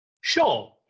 Sure